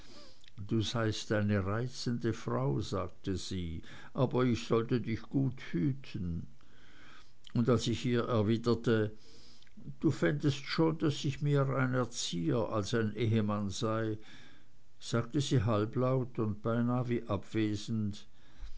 du seist eine reizende frau sagte sie aber ich sollte dich gut hüten und als ich ihr erwiderte du fändest schon daß ich mehr ein erzieher als ein ehemann sei sagte sie halblaut und beinahe wie abwesend